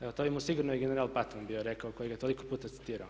Evo to bi mu sigurno i general Paton bio rekao koji ga je toliko puta citirao.